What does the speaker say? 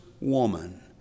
woman